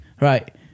right